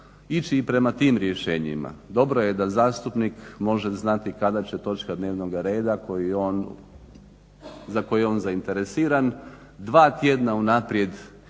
ići i prema tim rješenjima. Dobro je da zastupnik može znati kada će točka dnevnog reda za koju je on zainteresiran dva tjedna unaprijed